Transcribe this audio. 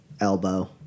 elbow